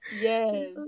Yes